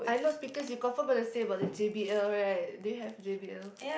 I know speakers you confirm gonna say about the J_B_L right do you have J_B_L